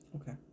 Okay